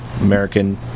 American